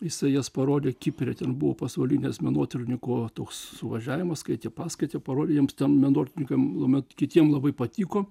visa jas parodė kipre ten buvo pasaulinis menotyrininkų toks suvažiavimas skaitė paskaitą parodė jiems tiem menotyrininkam tuomet kitiem labai patiko